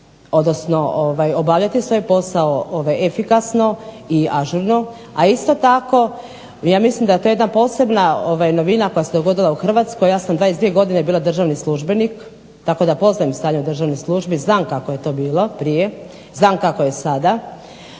odnosno obavljati svoj posao efikasno i ažurno, a isto tako ja mislim da je to jedna posebna novina koja se uvodila u Hrvatskoj. Ja sam 22 godine bila državni službenik, tako da poznajem stanje u državnoj službi. Znam kako je to bilo prije. Znam kako je sada.